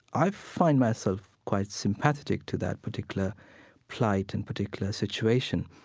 i find myself quite sympathetic to that particular plight and particular situation.